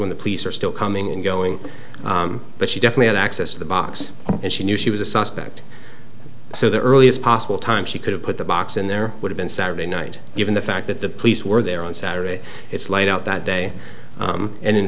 when the police are still coming and going but she definitely access to the box and she knew she was a suspect so the earliest possible time she could have put the box in there would have been saturday night given the fact that the police were there on saturday it's laid out that day and in